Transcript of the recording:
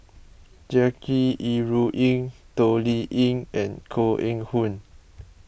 Jackie Yi Ru Ying Toh Liying and Koh Eng Hoon